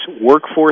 workforce